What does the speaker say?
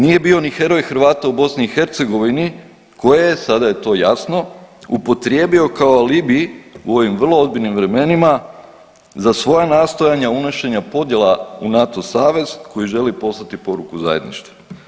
Nije bio ni heroj Hrvata u BiH koje je, sada je to jasno, upotrijebio kao alibi u ovim vrlo ozbiljnim vremenima za svoje nastojanje unošenja podjela u NATO savez koji želi poslati poruku zajedništva.